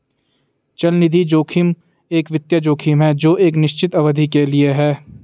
चलनिधि जोखिम एक वित्तीय जोखिम है जो एक निश्चित अवधि के लिए है